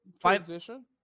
transition